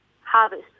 Harvest